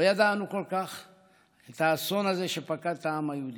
לא ידענו כל כך על האסון הזה שפקד את העם היהודי.